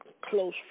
close